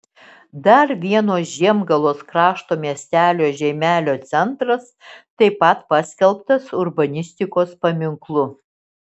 dar vieno žiemgalos krašto miestelio žeimelio centras taip pat paskelbtas urbanistikos paminklu